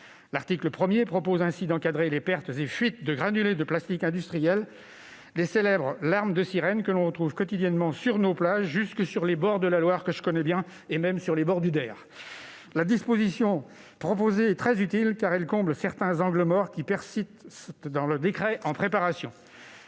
L'article 1 vise ainsi à encadrer les pertes et fuites de granulés de plastique industriels, les célèbres « larmes de sirènes » que l'on retrouve quotidiennement sur nos plages jusque sur les bords de la Loire- que je connais bien -et même sur les bords du Der. La disposition proposée est très utile, car elle couvre certains angles morts qui persistent dans le décret en préparation.